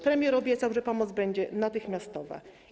Premier obiecał, że pomoc będzie natychmiastowa.